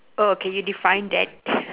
oh okay you define that